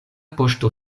poŝto